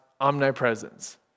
omnipresence